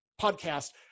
podcast